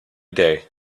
day